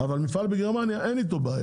אבל עם המפעל בגרמניה אין בעיה.